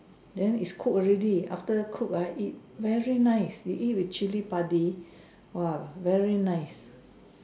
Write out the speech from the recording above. then is cook already after cook ah eat very nice you eat with Chili padi !wah! very nice